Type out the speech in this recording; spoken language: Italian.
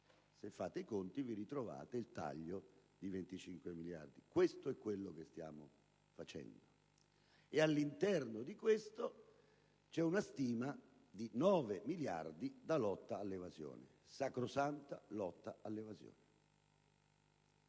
Se fate i conti, vi ritrovate il taglio di 22 miliardi. Questo è quello che stiamo facendo e, in tale contesto, c'è una stima di 9 miliardi per la lotta all'evasione: sacrosanta lotta all'evasione.